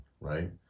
right